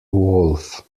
wolf